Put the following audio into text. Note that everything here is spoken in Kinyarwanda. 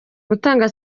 gutanga